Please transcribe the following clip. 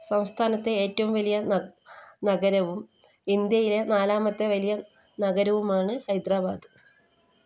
സംസ്ഥാനത്തെ ഏറ്റവും വലിയ നഗരവും ഇന്ത്യയിലെ നാലാമത്തെ വലിയ നഗരവുമാണ് ഹൈദ്രാബാദ്